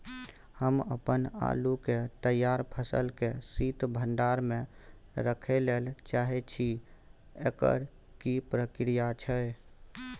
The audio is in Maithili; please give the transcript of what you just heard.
हम अपन आलू के तैयार फसल के शीत भंडार में रखै लेल चाहे छी, एकर की प्रक्रिया छै?